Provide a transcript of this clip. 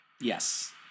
Yes